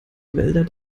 wälder